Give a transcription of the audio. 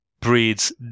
breeds